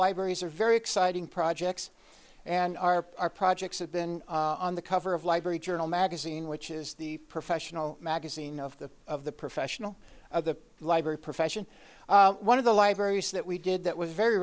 libraries are very exciting projects and our projects have been on the cover of library journal magazine which is the professional magazine of the of the professional of the library profession one of the libraries that we did that was very